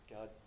God